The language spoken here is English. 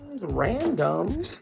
Random